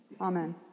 Amen